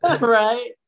right